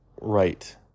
right